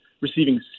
receiving